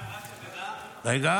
חיים, רק שתדע --- רגע.